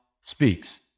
speaks